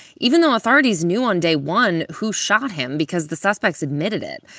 even though authorities knew on day one who shot him because the suspects admitted it.